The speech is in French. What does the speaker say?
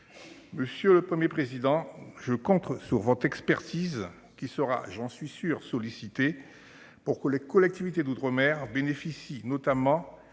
Monsieur le Premier président, je compte sur votre expertise, qui sera- j'en suis sûr -sollicitée pour que les collectivités d'outre-mer bénéficient d'une